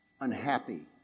unhappy